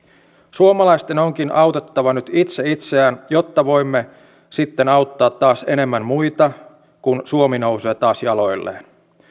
suomalaisten onkin autettava nyt itse itseään jotta voimme taas auttaa enemmän muita sitten kun suomi nousee taas jaloilleen